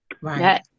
Right